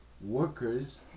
workers